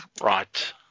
Right